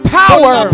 power